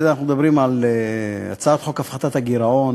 אנחנו מדברים על הצעת חוק הפחתת הגירעון,